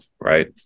right